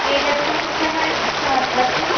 ఏ టైంకి పంపిస్తారు madam car bus